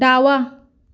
डावा